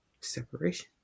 separation